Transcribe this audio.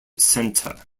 centre